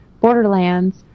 Borderlands